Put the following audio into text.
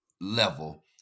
level